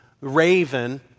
raven